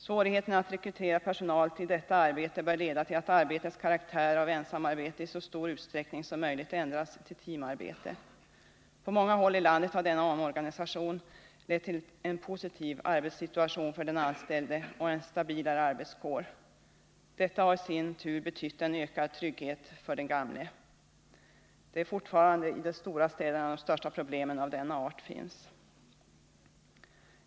Svårigheterna att rekrytera personal till detta arbete bör leda till att arbetets karaktär av ensamarbete i så stor utsträckning som möjligt ändras till teamarbete. På många håll i landet har denna omorganisation lett till en positiv arbetssituation för den anställde och en stabilare arbetskår. Detta har i sin tur betytt en ökad trygghet för den gamle. Det är fortfarande i de stora städerna de största problemen av denna art finns.